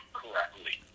correctly